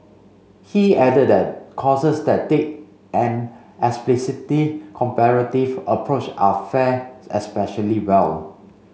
he added that courses that take an comparative approach a fare especially well